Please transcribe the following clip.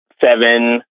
seven